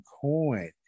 Coin